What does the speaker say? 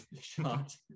shot